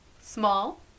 small